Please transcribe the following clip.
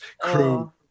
crew